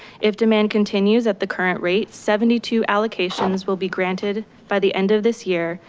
if demand continues at the current rate seventy two allocations will be granted by the end of this year,